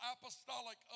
apostolic